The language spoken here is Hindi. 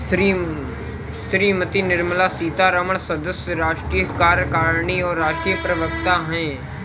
श्रीमती निर्मला सीतारमण सदस्य, राष्ट्रीय कार्यकारिणी और राष्ट्रीय प्रवक्ता हैं